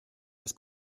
das